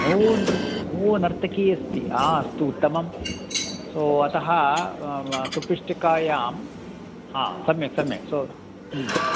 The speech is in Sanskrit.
ओ नृ ओ नर्तकी अस्ति हा अस्तु उत्तमं सो अतः सुपिष्टिकायां हा सम्यक् सम्यक् सो